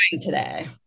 today